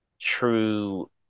true